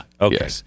Okay